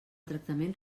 tractament